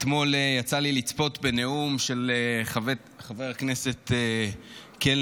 אתמול יצא לי לצפות בנאום של חבר הכנסת קֶלנר,